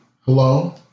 Hello